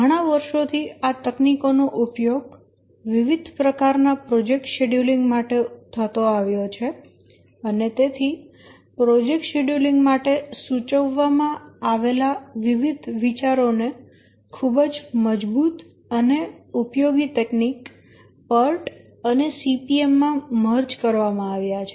ઘણા વર્ષોથી આ તકનીકો નો ઉપયોગ વિવિધ પ્રકાર ના પ્રોજેક્ટ શેડ્યૂલિંગ માટે ઉપયોગ થતો આવ્યો છે અને તેથી પ્રોજેક્ટ શેડ્યૂલિંગ માટે સૂચવવામાં આવેલા વિવિધ વિચારો ને ખૂબ જ મજબૂત અને ઉપયોગી તકનીક PERT અને CPM માં મર્જ કરવામાં આવ્યા છે